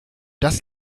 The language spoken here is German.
das